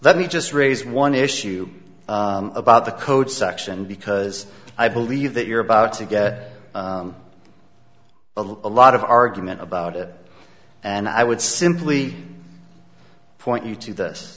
let me just raise one issue about the code section because i believe that you're about to get a look a lot of argument about it and i would simply point you to this